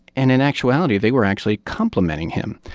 and in actuality, they were actually complimenting him.